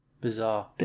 bizarre